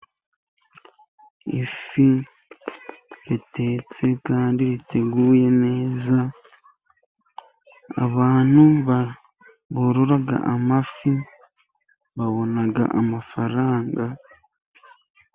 Ifi itetse kandi iteguye neza ,abantu borora amafi babona amafaranga.